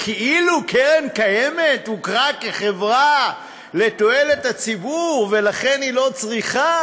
כאילו קרן קיימת הוכרה כחברה לתועלת הציבור ולכן היא לא צריכה,